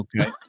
Okay